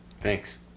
Thanks